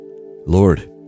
Lord